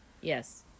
yes